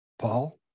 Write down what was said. Paul